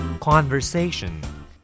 Conversation